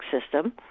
system